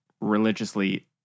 religiously